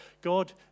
God